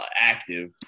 active